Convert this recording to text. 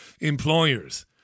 employers